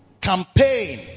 campaign